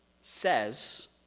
says